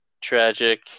tragic